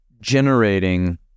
generating